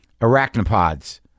arachnopods